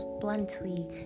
bluntly